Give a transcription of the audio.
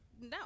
no